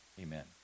Amen